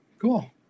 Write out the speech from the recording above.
cool